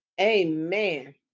amen